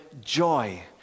joy